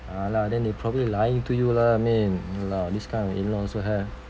ah lah then they probably lying to you lah min !walao! this kind of in-laws also have